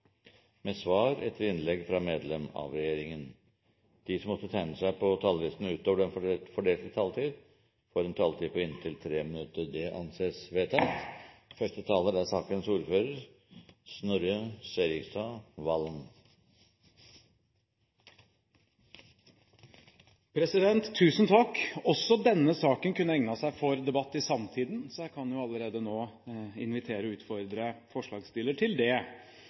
med svar etter innlegg fra medlem av regjeringen innenfor den fordelte taletid. Videre blir det foreslått at de som måtte tegne seg på talerlisten utover den fordelte taletid, får en taletid på inntil 3 minutter. – Det anses vedtatt. Også denne saken kunne egnet seg for debatt i Samtiden, så jeg kan jo allerede nå invitere og utfordre forslagsstilleren til det.